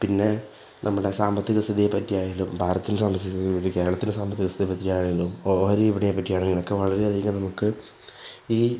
പിന്നെ നമ്മുടെ സാമ്പത്തിക സ്ഥിതിയെ പറ്റിയായാലും ഭാരതത്തിലെ സാമ്പത്തിക സ്ഥിതി കേരളത്തിലെ സാമ്പത്തിക സ്ഥിതിയായാലും ഓഹരി വിപണിയെ പറ്റിയാണെങ്കിലും ഒക്കെ വളരെ അധികം നമുക്ക് ഈ